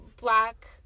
black